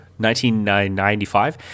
1995